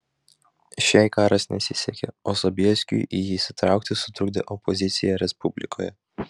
šiai karas nesisekė o sobieskiui į jį įsitraukti sutrukdė opozicija respublikoje